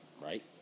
Right